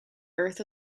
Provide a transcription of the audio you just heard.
earth